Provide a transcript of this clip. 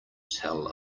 tell